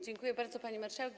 Dziękuję bardzo, pani marszałek.